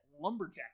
lumberjack